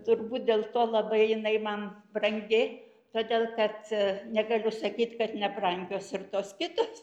turbūt dėl to labai jinai man brangi todėl kad negaliu sakyt kad nebrangios ir tos kitos